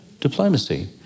diplomacy